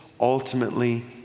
ultimately